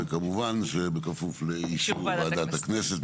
וכמובן, שבכפוף לאישור ועדת הכנסת.